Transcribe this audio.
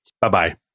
Bye-bye